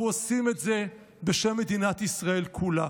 אנחנו עושים את זה בשם מדינת ישראל כולה.